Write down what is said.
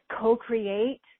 co-create